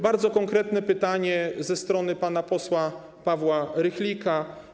Bardzo konkretne pytanie padło ze strony pana posła Pawła Rychlika.